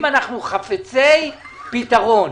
אם אנחנו חפצי פתרון.